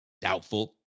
Doubtful